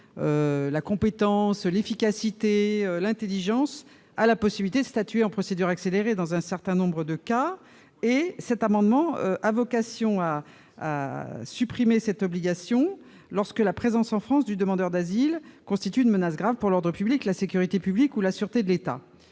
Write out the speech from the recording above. la compétence, l'efficacité, l'intelligence, a la possibilité de statuer en procédure accélérée dans un certain nombre de cas. L'amendement vise à supprimer cette obligation lorsque la présence en France du demandeur d'asile constitue une menace grave pour l'ordre public, la sécurité publique ou la sûreté de l'État.